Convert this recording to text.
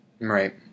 Right